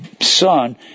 son